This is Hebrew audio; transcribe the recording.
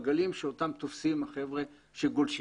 הגלים אותם תופסים החבר'ה שגולשים.